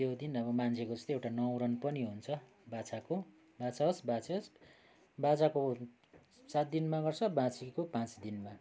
त्यो दिन अब मान्छेको जस्तै एउटा नउरन पनि हुन्छ बाछाको बाछा होस् बाच्छी होस् बाछाको सात दिनमा गर्छ बाच्छीको पाँच दिनमा